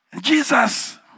Jesus